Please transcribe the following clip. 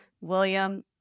William